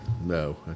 No